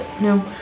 No